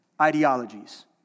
ideologies